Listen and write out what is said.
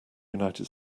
united